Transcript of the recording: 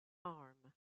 arm